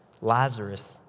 Lazarus